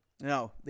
No